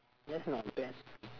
that's not bad